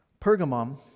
Pergamum